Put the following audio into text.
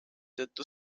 tõttu